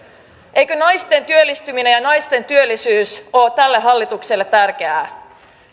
eikö naisten työllistyminen ja naisten työllisyys ole tälle hallitukselle tärkeää